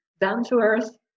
down-to-earth